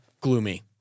gloomy